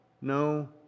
No